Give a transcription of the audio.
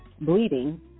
bleeding